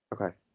Okay